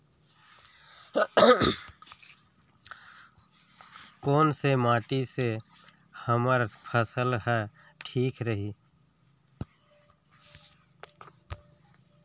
कोन से माटी से हमर फसल ह ठीक रही?